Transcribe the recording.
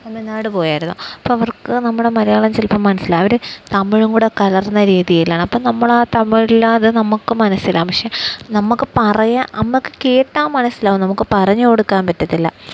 തമിഴ്നാട് പോയായിരുന്നു അപ്പോള് അവർക്ക് നമ്മുടെ മലയാളം ചിലപ്പം മനസ്സിലാകും അവര് തമിഴും കൂടെ കലർന്ന രീതിയിലാണ് അപ്പോള് നമ്മള് ആ തമിഴില്ലാതെ നമുക്ക് മനസ്സിലാകും പക്ഷെ നമുക്ക് കേട്ടാല് മനസ്സിലാകും നമുക്ക് പറഞ്ഞുകൊടുക്കാൻ പറ്റുകയില്ല